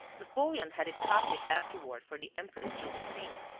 napoleon had it copied afterward for the empress josephine,